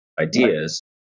ideas